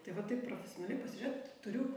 tai va taip profesionaliai pasižiūrėt turiu